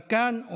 דסטה גדי יברקן,